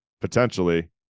potentially